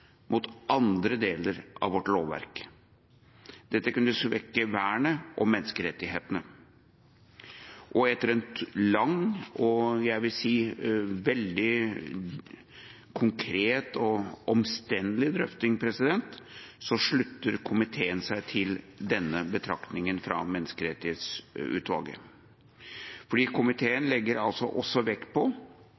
mot andre deler av vårt lovverk. Dette kunne svekke vernet og menneskerettighetene. Etter en lang og – jeg vil si – veldig konkret og omstendelig drøfting slutter komiteen seg til denne betraktninga fra Menneskerettighetsutvalget, fordi komiteen også legger vekt på